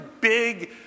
big